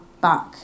back